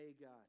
God